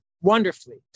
wonderfully